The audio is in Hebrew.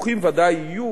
ויכוחים ודאי יהיו,